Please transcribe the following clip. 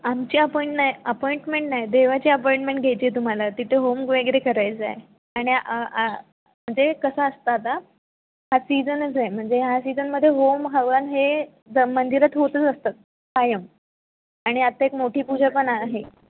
आमची अपॉइंट नाही अपॉइंटमेंट नाही देवाची अपॉइंटमेंट घ्यायची आहे तुम्हाला तिथे होम वगैरे करायचा आहे आणि म्हणजे कसं असतं आता हा सिझनच आहे म्हणजे ह्या सिझनमध्ये होमहवन हे द मंदिरात होतंच असतात कायम आणि आता एक मोठी पूजा पण आहे